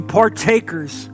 partakers